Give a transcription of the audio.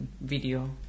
video